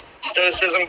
stoicism